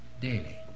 daily